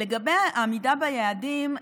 לגב עמידה ביעדים,